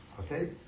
Okay